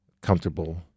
comfortable